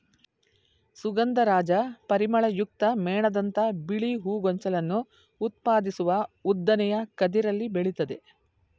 ಸುಗಂಧರಾಜ ಪರಿಮಳಯುಕ್ತ ಮೇಣದಂಥ ಬಿಳಿ ಹೂ ಗೊಂಚಲನ್ನು ಉತ್ಪಾದಿಸುವ ಉದ್ದನೆಯ ಕದಿರಲ್ಲಿ ಬೆಳಿತದೆ